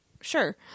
Sure